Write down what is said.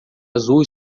azul